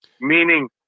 Meaning